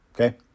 Okay